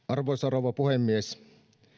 arvoisa rouva puhemies